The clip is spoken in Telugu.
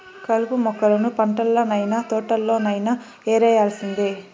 కలుపు మొక్కలను పంటల్లనైన, తోటల్లోనైన యేరేయాల్సిందే